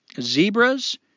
zebras